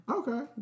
okay